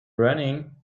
running